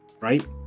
right